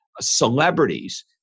celebrities